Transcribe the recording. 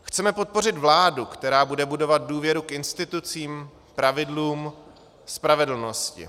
Chceme podpořit vládu, která bude budovat důvěru k institucím, pravidlům, spravedlnosti.